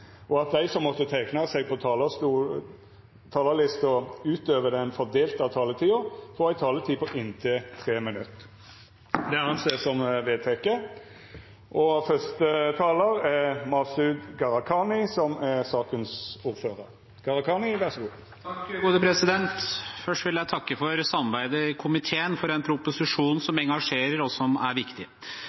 og at dei som måtte teikna seg på talarlista utover den fordelte taletida, får ei taletid på inntil 3 minutt. – Det er vedteke. Først vil jeg takke for samarbeidet i komiteen om en proposisjon som engasjerer og er viktig.